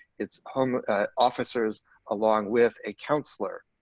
it's um ah officers along with a counselor,